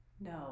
No